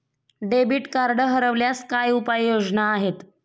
Debit card हरवल्यास काय उपाय योजना आहेत?